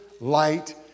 light